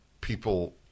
People